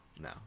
no